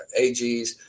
ags